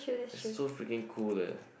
so freaking cool leh